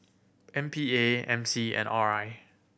M P A M C and R I